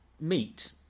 meet